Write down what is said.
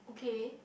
okay